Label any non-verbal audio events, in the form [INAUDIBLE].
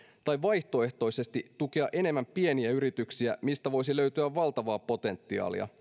tai vaihtoehtoisesti voitaisiin tukea enemmän pieniä yrityksiä mistä voisi löytyä valtavaa potentiaalia [UNINTELLIGIBLE]